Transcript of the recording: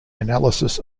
analysis